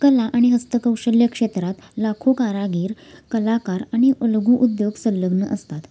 कला आणि हस्तकौशल्य क्षेत्रात लाखो कारागीर कलाकार आणि लघुउद्योग संलग्न असतात